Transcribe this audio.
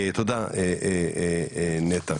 תודה, נטע.